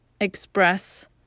express